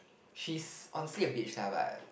she's honestly a bitch ah but